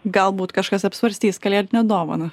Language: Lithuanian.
galbūt kažkas apsvarstys kalėdinę dovaną